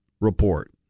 report